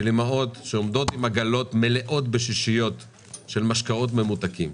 של אימהות שעומדות עם עגלות מלאות בשישיות של משקאות ממותקים,